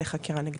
לחקירה נגדית.